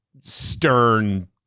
stern